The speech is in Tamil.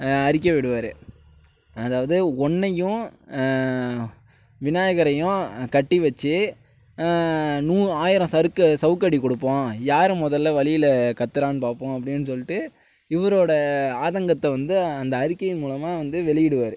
அறிக்கை விடுவார் அதாவது உன்னையும் விநாயகரையும் கட்டி வைச்சு ஆயிரம் சவுக்கடி கொடுப்போம் யார் முதலில் வலியில் கத்துறான்னு பார்ப்போம் அப்படினு சொல்லிட்டு இவரோட ஆதங்கத்தை வந்து அந்த அறிக்கையின் மூலமாக வந்து வெளியிடுவார்